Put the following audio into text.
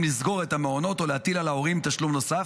לסגור את המעונות או להטיל על ההורים תשלום נוסף.